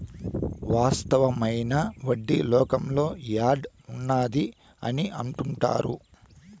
వాస్తవమైన వడ్డీ లోకంలో యాడ్ ఉన్నది అని అంటుంటారు